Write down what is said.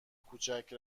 کوچک